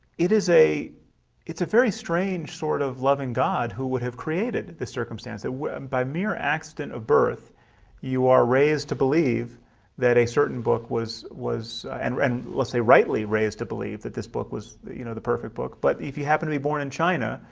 it is a it's a very strange sort of loving god who would have created this circumstance that web eimear accident of birth you are raised to believe that a certain book was was and and let's say rightly raised to believe that this book was you know the perfect book but if you happen to be born in china.